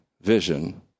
vision